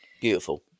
Beautiful